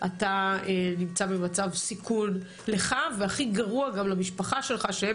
אתה נמצא במצב סיכון לך והכי גרוע גם למשפחה שלך שהם